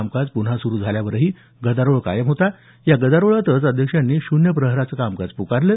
कामकाज पुन्हा सुरू झाल्यावरही गदारोळ कायम होता या गदारोळातच अध्यक्षांनी शून्य प्रहराचं कामकाज प्कारलं